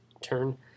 turn